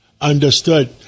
understood